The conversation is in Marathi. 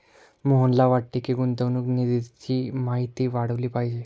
मोहनला वाटते की, गुंतवणूक निधीची माहिती वाढवली पाहिजे